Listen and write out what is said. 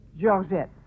Georgette